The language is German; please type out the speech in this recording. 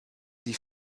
die